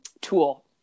tool